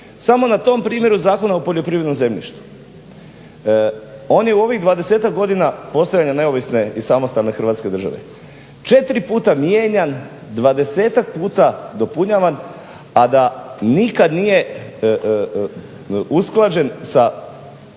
Samo na tom primjeru Zakona o poljoprivrednom zemljištu. On je u ovih dvadesetak godina postojanja neovisne i samostalne Hrvatske države 4 puta mijenjan, 20 puta dopunjavan nikad nije usklađen sa